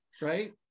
right